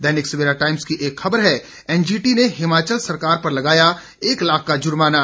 दैनिक Savera Times की एक खबर है एनजीटी ने हिमाचल सरकार पर लगाया एक लाख का जुर्माना